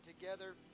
together